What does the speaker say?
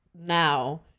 now